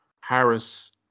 Harris